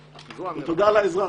ותודה על העזרה.